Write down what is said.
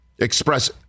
express